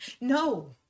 No